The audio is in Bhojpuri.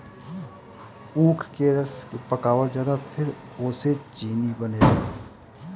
ऊख के रस के पकावल जाला फिर ओसे चीनी बनेला